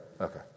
Okay